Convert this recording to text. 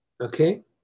okay